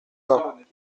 bains